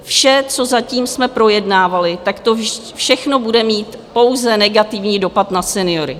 Vše, co zatím jsme projednávali, to všechno bude mít pouze negativní dopad na seniory.